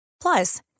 Plus